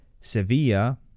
Sevilla